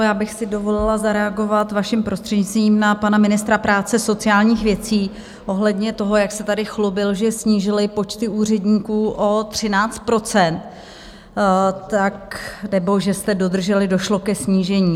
Já bych si dovolila zareagovat vaším prostřednictvím na pana ministra práce sociálních věcí ohledně toho, jak se tady chlubil, že snížili počty úředníků o 13 %, nebo že jste dodrželi, došlo ke snížení.